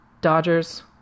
Dodgers